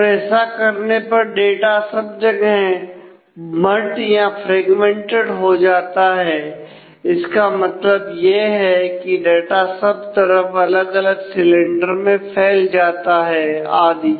और ऐसा करने पर डाटा सब जगह बंट या फ्रेगमेंटेड हो जाता है इसका मतलब है कि डाटा सब तरफ अलग अलग सिलेंडर में फैल जाता है आदि